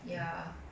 ya